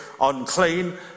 unclean